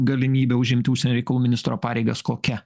galimybė užimti užsienio reikalų ministro pareigas kokia